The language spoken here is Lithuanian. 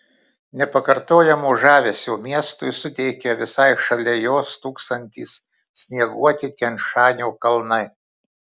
nepakartojamo žavesio miestui suteikia visai šalia jo stūksantys snieguoti tian šanio kalnai